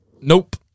Nope